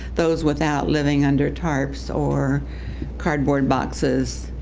those without living under tarps or cardboard boxes.